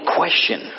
question